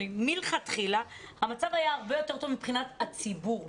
מלכתחילה המצב היה הרבה יותר טוב מבחינת הציבור,